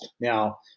Now